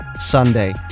Sunday